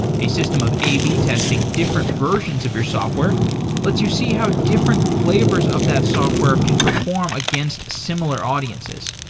a system of a b testing different versions of your software lets you see how different flavors of that software can perform against similar audiences.